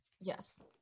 Yes